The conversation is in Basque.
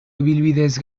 ibilbideez